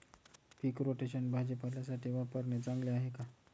पीक rotation भाजीपाल्यासाठी वापरणे चांगले आहे का?